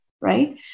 right